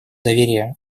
доверия